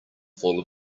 full